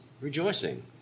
Rejoicing